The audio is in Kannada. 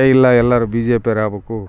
ಏ ಇಲ್ಲ ಎಲ್ಲರು ಬಿ ಜೆ ಪಿಯರ್ ಆಗಬೇಕು